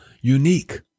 unique